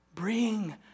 Bring